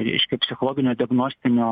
reiškia psichologinio diagnostinio